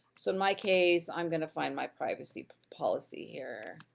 so in my case, i'm gonna find my privacy policy here.